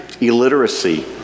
illiteracy